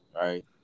Right